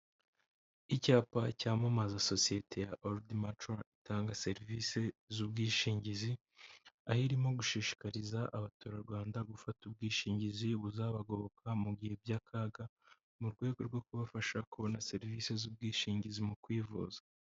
Icyapa cyamamaza sosiyete ya Oludi macuwa itanga serivisi z'ubwishingizi, aho irimo gushishikariza abaturarwanda gufata ubwishingizi buzabagoboka mu bihe by'akaga, mu rwego rwo kubafasha kubona serivisi z'ubwishingizi mu kwivuza.